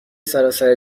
سراسر